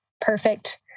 perfect